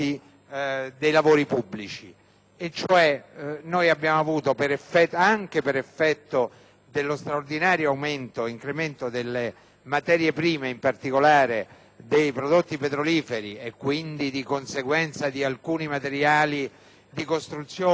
dei lavori, anche per effetto dello straordinario incremento del prezzo delle materie prime, in particolare dei prodotti petroliferi, e di conseguenza di alcuni materiali di costruzione ad essi collegati,